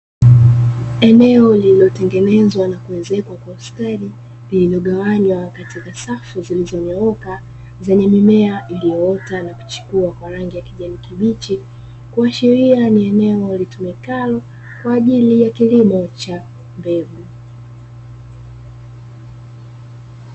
Eneo lililo tengenezwa na kuezekwa kwa ustadi lililo gawanywa katika safu zilizo nyooka zenye mimea iliyo ota na kuchipua kwa rangi ya kijani kibichi , kuashiria ni eneo litumikalo kwa ajili ya kilimo cha mbegu.